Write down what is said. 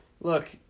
look